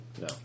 No